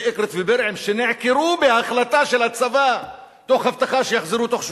אקרית ובירעם שנעקרו בהחלטה של הצבא תוך הבטחה שיוחזרו בתוך שבועיים?